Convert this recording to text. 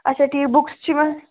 اچھا ٹھیٖک بُکٕس چھِ یِمَن